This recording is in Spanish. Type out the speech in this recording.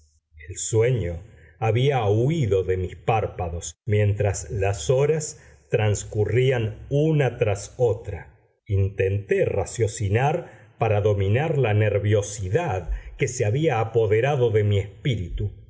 el sueño había huído de mis párpados mientras las horas transcurrían una tras otra intenté raciocinar para dominar la nerviosidad que se había apoderado de mi espíritu